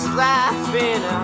laughing